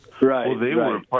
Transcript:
Right